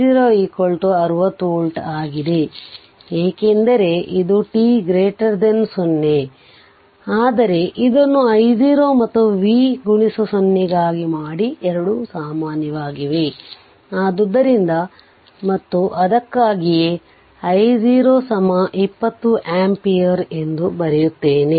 ಏಕೆಂದರೆ ಇದು t 0 ಆಗಿದೆ ಆದರೆ ಇದನ್ನು I0 ಮತ್ತು vx 0 ಗಾಗಿ ಮಾಡಿ ಎರಡೂ ಮಾನ್ಯವಾಗಿವೆಆದ್ದರಿಂದ ಮತ್ತು ಅದಕ್ಕಾಗಿಯೇ I0 20 ampere ಎಂದು ಬರೆಯುತ್ತೇನೆ